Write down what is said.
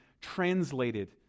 translated